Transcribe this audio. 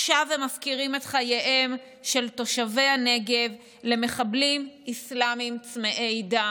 הם מפקירים את חייהם של תושבי הנגב למחבלים אסלאמיים צמאי דם".